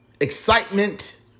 excitement